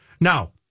Now